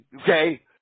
okay